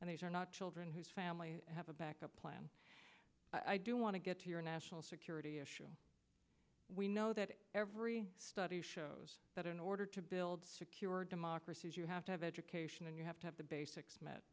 and these are not children whose families have a back up plan i do want to get to your national security issue we know that every study shows that in order to build secure democracies you have to have education and you have to have the basics